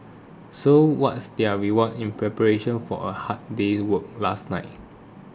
so what's their reward in preparation for a hard day's work last night